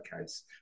case